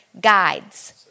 guides